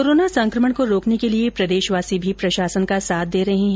corona संकमण को रोकने के लिए प्रदेशवासी भी प्रशासन का साथ दे रहे हैं